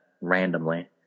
randomly